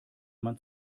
man